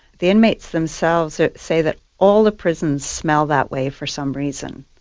the inmates themselves say that all the prisons smell that way for some reason.